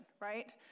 right